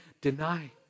deny